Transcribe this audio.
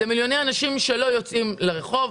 אלה מיליוני אנשים שלא יוצאים לרחוב,